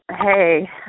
Hey